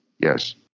Yes